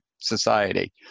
society